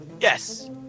yes